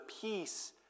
peace